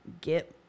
get